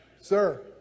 sir